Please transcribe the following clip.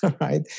right